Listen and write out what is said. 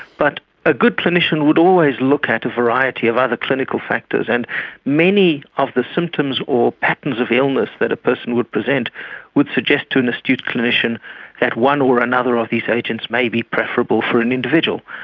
but a good clinician would always look at a variety of other clinical factors, and many of the symptoms or patterns of illness that a person would present would suggest to an astute clinician that one or another of these agents may be preferable for an individual.